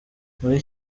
muri